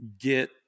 get